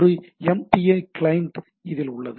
ஒரு M D A client இதில் உள்ளது